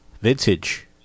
Vintage